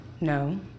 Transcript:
No